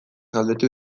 galdetu